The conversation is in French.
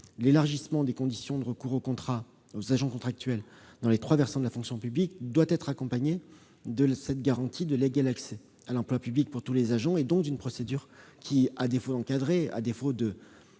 l'élargissement des conditions de recours aux agents contractuels dans les trois fonctions publiques doit être accompagné de cette garantie de l'égal accès à l'emploi public pour tous les agents, et donc d'une procédure qui, à défaut d'encadrer et de